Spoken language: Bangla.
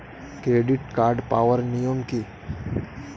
ক্রেডিট কার্ড পাওয়ার নিয়ম কী?